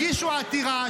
הגישו עתירה,